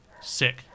Sick